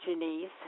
Janice